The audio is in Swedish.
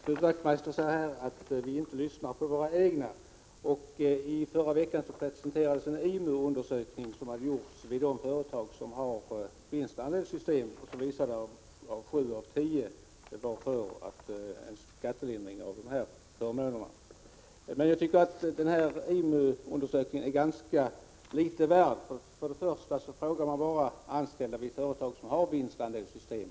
Herr talman! Knut Wachtmeister säger att vi inte lyssnar på våra egna. Han nämner också att i förra veckan presenterades en IMU-undersökning, som hade gjorts vid de företag som har vinstandelssystem, och den visade att sju av tio anställda var för en skattelindring för dessa förmåner. Jag tycker att den IMU-undersökningen är ganska litet värd. För det första frågar man bara anställda i företag som har vinstandelssystem.